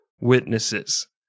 witnesses